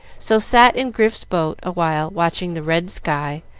so sat in grif's boat awhile watching the red sky,